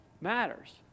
matters